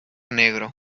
negro